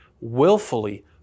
willfully